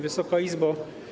Wysoka Izbo!